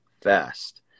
fast